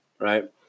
Right